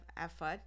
effort